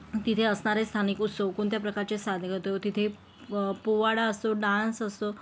तिथे असणारे स्थानिक उत्सव कोणत्या प्रकारचे साजरे करतो व तिथे प पोवाडा असो डान्स असो